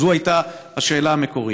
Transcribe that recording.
זו הייתה השאלה המקורית.